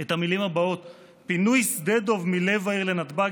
את המילים הבאות: "פינוי שדה דב מלב העיר לנתב"ג